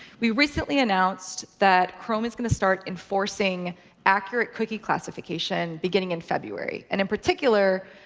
we recently announced that chrome is going to start enforcing accurate cookie classification beginning in february, and in particular,